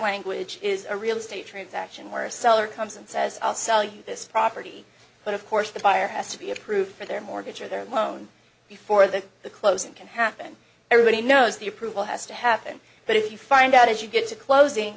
language is a real estate transaction where a seller comes and says i'll sell you this property but of course the buyer has to be approved for their mortgage or their loan before that the closing can happen everybody knows the approval has to happen but if you find out as you get to closing